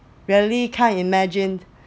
really can’t imagined